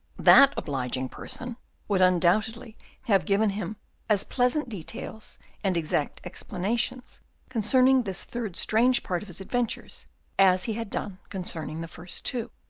that obliging person would undoubtedly have given him as pleasant details and exact explanations concerning this third strange part of his adventures as he had done concerning the first two.